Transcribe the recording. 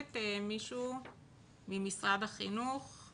משרד החינוך,